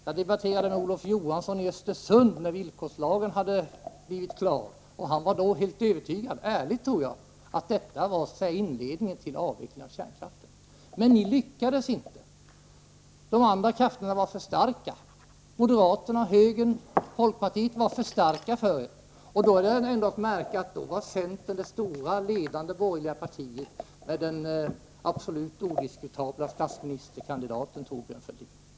Jag debatterade med Olof Johansson i Östersund när villkorslagen hade antagits, och han var då helt övertygad — ärligt, tror jag — om att det var inledningen till avvecklingen av kärnkraften. Men ni lyckades inte. De andra krafterna — högern, moderaterna och folkpartiet — var för starka för er. Det är att märka att centern då var det stora ledande borgerliga partiet, med den absolut odiskutabla statsministerkandidaten Thorbjörn Fälldin.